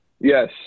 yes